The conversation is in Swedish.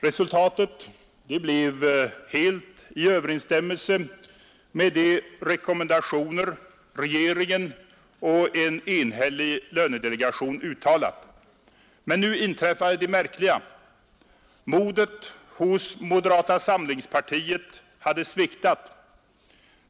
Resultatet blev helt i överensstämmelse med de rekommendationer regeringen och en enhällig lönedelegation uttalat. Men nu inträffade det märkliga. Modet hos moderata samlingspartiet hade sviktat.